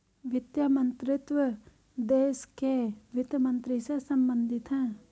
वित्त मंत्रीत्व देश के वित्त मंत्री से संबंधित है